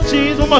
Jesus